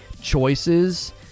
choices